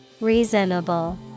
Reasonable